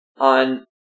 on